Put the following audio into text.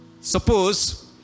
Suppose